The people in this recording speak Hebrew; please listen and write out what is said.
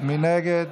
מי נגד?